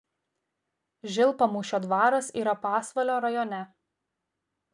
žilpamūšio dvaras yra pasvalio rajone